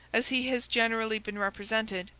as he has generally been represented,